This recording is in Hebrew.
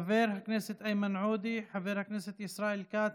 חבר הכנסת איימן עודה, חבר הכנסת ישראל כץ,